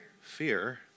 Fear